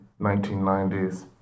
1990s